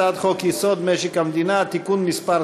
הצעת חוק-יסוד: משק המדינה (תיקון מס'